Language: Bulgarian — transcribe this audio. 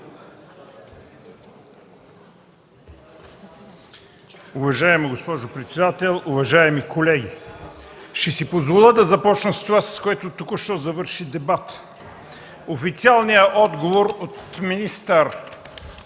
Уважаема госпожо председател, уважаеми колеги. Ще си позволя да започна с това, с което току-що завърши дебатът. Официалният отговор от министър